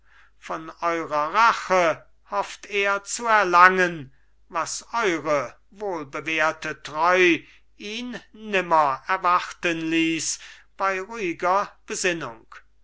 von eurer rache hofft er zu erlangen was eure wohlbewährte treu ihn nimmer erwarten ließ bei ruhiger besinnung